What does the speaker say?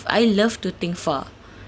I love to think far